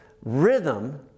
rhythm